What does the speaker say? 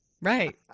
Right